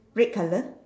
red colour